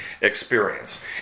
experience